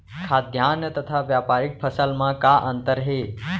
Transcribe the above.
खाद्यान्न तथा व्यापारिक फसल मा का अंतर हे?